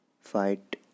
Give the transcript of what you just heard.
fight